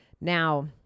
Now